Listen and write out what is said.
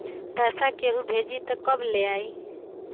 पैसा केहु भेजी त कब ले आई?